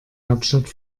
hauptstadt